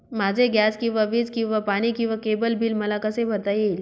माझे गॅस किंवा वीज किंवा पाणी किंवा केबल बिल मला कसे भरता येईल?